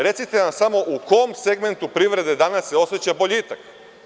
Recite nam samo u kom segmentu privrede se danas oseća boljitak?